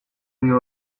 dio